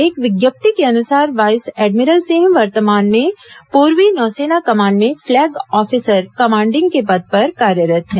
एक विज्ञप्ति के अनुसार वाइस एडमिरल सिंह वर्तमान में पूर्वी नौसेना कमान में फ्लैग ऑफिसर कमांडिंग के पद पर कार्यरत हैं